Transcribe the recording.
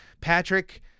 Patrick